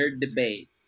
debate